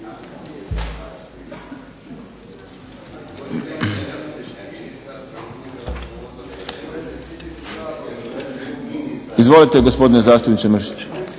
Izvolite gospodine zastupniče Mršić.